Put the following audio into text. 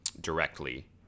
directly